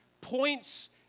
points